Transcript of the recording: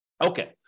Okay